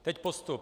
Teď postup.